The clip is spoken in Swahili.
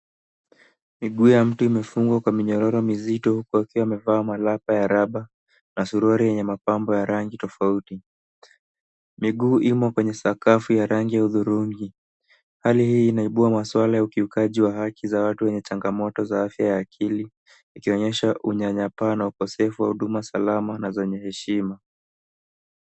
Miguu ya mtu imefungwa kwa minyororo mizito akiwa amevaa malapa ya rubber na suruali yenye mapambo ya rangi tofauti. Miguu imo kwenye sakafu ya rangi ya hudhurungi. Hali hii inaibua maswala ya ukiukaji haki za watu wenye changamoto za afya ya akili ikionyesha unyanyapaa na ukosefu wa huduma salama na zenye heshima.